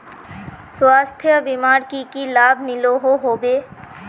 स्वास्थ्य बीमार की की लाभ मिलोहो होबे?